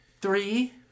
Three